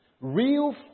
Real